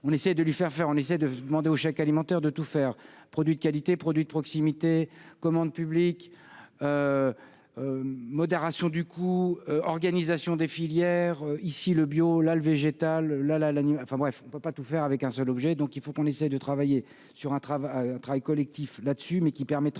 on essaye de lui faire faire, on essaie de demander aux chèque alimentaire, de tout faire : produit de qualité produits de proximité commande publique modération du coup, organisation des filières ici le bio là le végétal, la, la, la, enfin bref, on ne peut pas tout faire avec un seul objet, donc il faut qu'on essaye de travailler sur un travail, un travail collectif dessus mais qui permettra